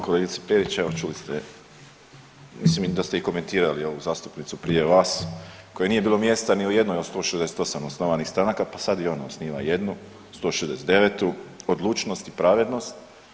Kolegice Perić evo čuli ste, mislim i da ste komentirali ovu zastupnicu prije vas kojoj nije bilo mjesta ni u jednoj od 168 osnivanih stranaka pa sada i ona osniva jednu 169 Odlučnost i pravednost.